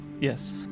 Yes